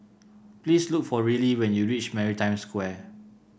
please look for Rillie when you reach Maritime Square